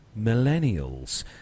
millennials